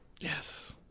Yes